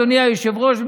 אדוני היושב-ראש,